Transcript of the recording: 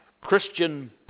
Christian